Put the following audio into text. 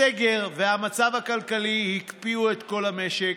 הסגר והמצב הכלכלי הקפיאו את כל המשק,